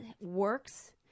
works